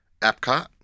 Epcot